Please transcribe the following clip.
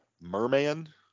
Merman